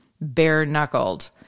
bare-knuckled